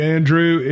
Andrew